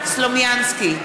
סלומינסקי,